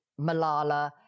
Malala